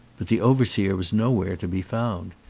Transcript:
but the over seer was nowhere to be found.